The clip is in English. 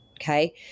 Okay